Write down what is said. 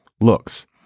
looks